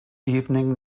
evening